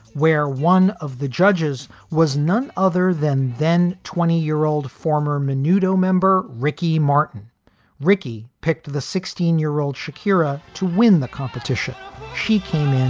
where one of the judges was none other than then twenty year old former menudo member ricky martin ricky picked the sixteen year old shakira to win the competition she came in